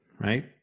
right